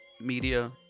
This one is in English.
media